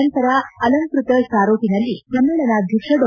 ನಂತರ ಅಲಂಕೃತ ಸಾರೋಟಿನಲ್ಲಿ ಸಮ್ಮೇಳನಾಧ್ಯಕ್ಷ ಡಾ